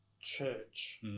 church